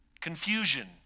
confusion